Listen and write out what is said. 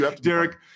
Derek